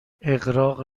اغراق